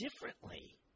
differently